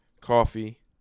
coffee